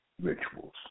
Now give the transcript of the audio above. rituals